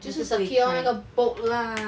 就是 secure 那个 bolt lah